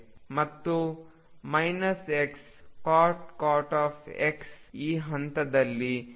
ಮತ್ತು Xcot X ಈ ಹಂತದಲ್ಲಿ 0 ಆಗಿರುತ್ತದೆ